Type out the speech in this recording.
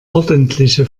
ordentliche